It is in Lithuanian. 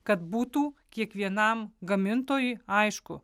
kad būtų kiekvienam gamintojui aišku